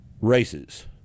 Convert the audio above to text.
races